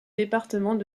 départements